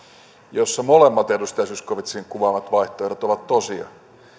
jossa molemmat edustaja zyskowiczin kuvaamat vaihtoehdot ovat tosia